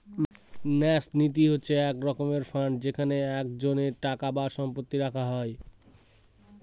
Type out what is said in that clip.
ন্যাস নীতি হচ্ছে এক রকমের ফান্ড যেখানে একজনের টাকা বা সম্পত্তি রাখা হয়